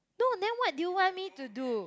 no then what do you want me to do